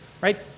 right